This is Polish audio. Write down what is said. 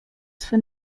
swe